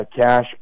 cash